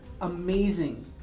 amazing